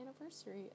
anniversary